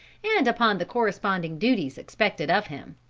and upon the corresponding duties expected of him.